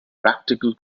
practical